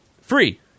free